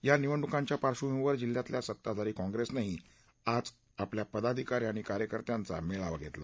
दरम्यान या पार्श्वभूमीवर जिल्ह्यातल्या सत्ताधारी कॉग्रेसनंही आज आपल्या पदाधिकारी आणि कार्यकर्त्यांचा मेळावा घेतला